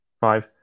five